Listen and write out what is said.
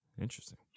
Interesting